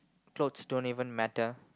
clothes don't even matter